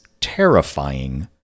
terrifying